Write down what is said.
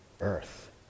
earth